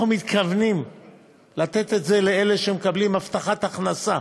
אנחנו מתכוונים לתת את זה לאלה שמקבלים הבטחת הכנסה